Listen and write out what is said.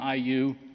IU